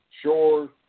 sure